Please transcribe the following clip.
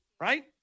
Right